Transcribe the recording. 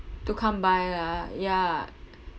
to come by ah ya